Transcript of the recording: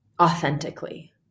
authentically